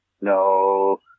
No